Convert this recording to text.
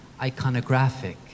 iconographic